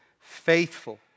faithful